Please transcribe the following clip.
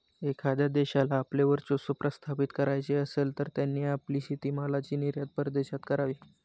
एखाद्या देशाला आपले वर्चस्व प्रस्थापित करायचे असेल, तर त्यांनी आपली शेतीमालाची निर्यात परदेशात करावी